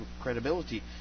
credibility